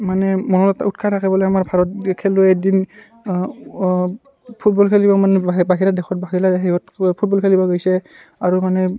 মানে মনত এটা উৎসাহ থাকে বোলে আমাৰ ভাৰত দি খেলুৱৈ এদিন ফুটবল খেলিব মানে বাহিৰা দেশত বাহিৰা হেৰিয়ত ফুটবল খেলিব গৈছে আৰু মানে